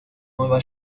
nueva